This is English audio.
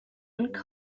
and